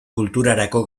kulturarako